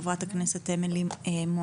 תינתן זכות הדיבור לחברת הכנסת אמילי מואטי.